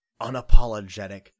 unapologetic